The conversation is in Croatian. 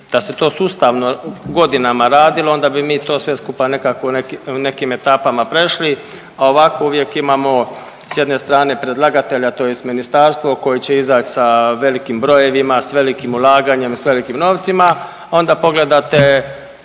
da se to sustavno godinama radilo, onda bi mi to sve skupa nekako u nekim etapama prešli, a ovako uvijek imamo s jedne strane predlagatelja, tj. ministarstvo koje će izaći sa velikim brojevima, sa velikim zalaganjem, sa velikim novcima, onda pogledate